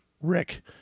Rick